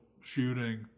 shooting